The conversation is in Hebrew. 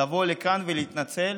לבוא לכאן ולהתנצל,